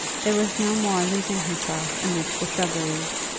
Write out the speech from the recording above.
there was no more losing herself amidst the shrubberies,